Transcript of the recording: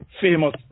famous